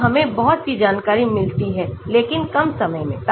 तो हमें बहुत सी जानकारी मिलती है लेकिन कम समय में